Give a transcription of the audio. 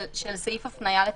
של סעיף הפנייה לתקנות.